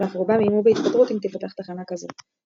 ואף רובם איימו בהתפטרות אם תיפתח תחנה כזו.